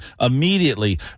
immediately